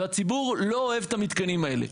והציבור לא אוהב את המתקנים האלה,